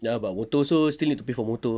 ya but motor also still need to pay for motor mah